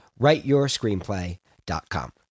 writeyourscreenplay.com